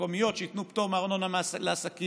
המקומיות שייתנו פטור מארנונה לעסקים,